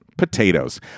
potatoes